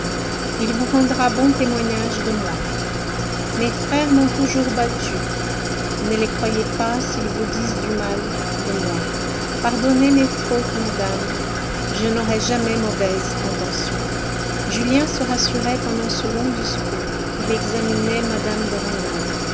il vous rendra bon témoignage de moi mes frères m'ont toujours battu ne les croyez pas s'ils vous disent du mal de moi pardonnez mes fautes madame je n'aurai jamais mauvaise intention julien se rassurait pendant ce long discours il examinait mme